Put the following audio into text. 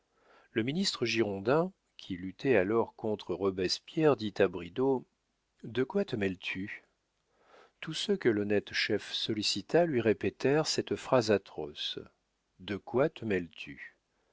le ministre girondin qui luttait alors contre roberspierre dit à bridau de quoi te mêles-tu tous ceux que l'honnête chef sollicita lui répétèrent cette phrase atroce de quoi te mêles-tu